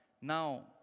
Now